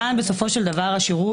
כאן השירות,